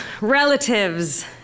relatives